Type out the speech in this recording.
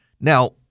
Now